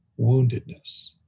woundedness